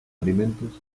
alimentos